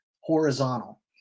horizontal